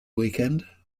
weekend